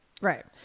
Right